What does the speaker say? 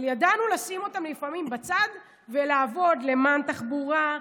אבל ידענו לשים אותן לפעמים בצד ולעבוד למען תחבורה,